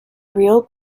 real